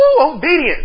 obedient